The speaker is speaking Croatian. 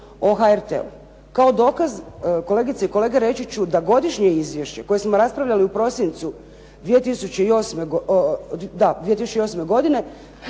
o HRT-u. Kao dokaz kolegice i kolege reći ću da Godišnje izvješće koje smo raspravljali u prosincu 2008. godine